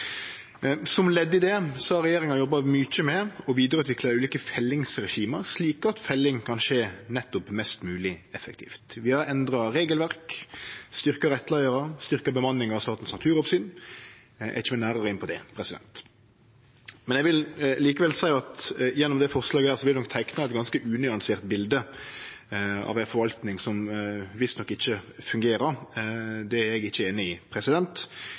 Som ledd i det har regjeringa jobba mykje med å vidareutvikle dei ulike fellingsregima slik at felling kan skje nettopp mest mogleg effektivt. Vi har endra regelverk, styrkt rettleiarar, styrkt bemanninga i Statens naturoppsyn – eg kjem nærare inn på det. Men eg vil likevel seie at gjennom dette forslaget vil ein nok teikne eit ganske unyansert bilde av ei forvaltning som visstnok ikkje fungerer. Det er eg ikkje einig i.